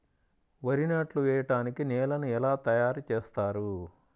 వరి నాట్లు వేయటానికి నేలను ఎలా తయారు చేస్తారు?